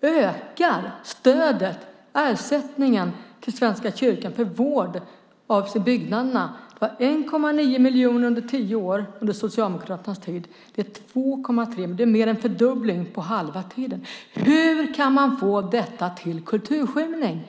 ökar stödet och ersättningen till Svenska kyrkan för vård av byggnaderna. Det var 1,9 miljoner under tio år under Socialdemokraternas tid. Det är 2,3 miljoner. Det är mer än en fördubbling på halva tiden. Hur kan man få detta till "kulturskymning"?